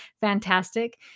fantastic